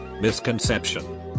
Misconception